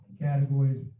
categories